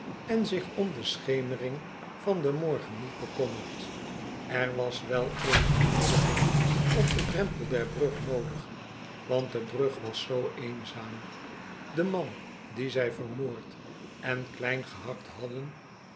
en zich om de schemering van den morgen niet bekommert er was wel eene bemoediging op den drempel der brug noodig want de brug was zoo eenzaam de man dien zij vermoord en klein gehakt hadden